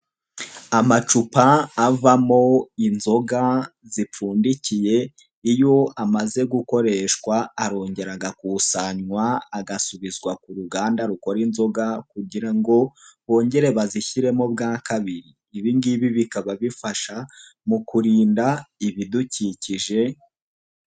Amacupa avamo inzoga zipfundikiye iyo amaze gukoreshwa arongera agakusanywa agasubizwa ku ruganda rukora inzoga kugira ngo bongere bazishyiremo bwa kabiri, ibi ngibi bikaba bifasha mu kurinda ibidukikije.